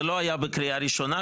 זה לא היה בקריאה ראשונה,